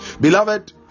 Beloved